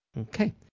Okay